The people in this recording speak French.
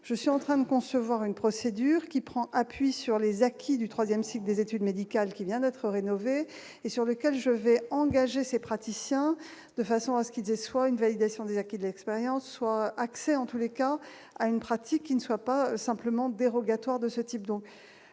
je suis en train de concevoir une procédure qui prend appui sur les acquis du 3ème cycle des études médicales qui vient d'être rénové et sur lequel je vais engager ces praticiens de façon à ce qu'il aient soit une validation des acquis de l'expérience soit accès en tous les cas à une pratique qui ne soit pas simplement dérogatoire de ce type,